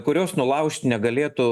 kurios nulaužt negalėtų